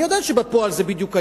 אני יודע שבפועל זה בדיוק העניין,